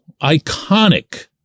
iconic